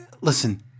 listen